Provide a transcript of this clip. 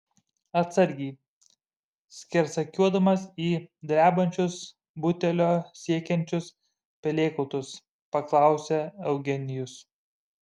atsargiai skersakiuodamas į drebančius butelio siekiančius pelėkautus paklausė eugenijus